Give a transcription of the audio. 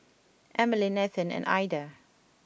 Emmaline Ethan and Aida